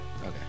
Okay